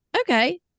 okay